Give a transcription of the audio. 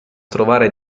trovare